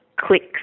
clicks